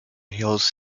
heals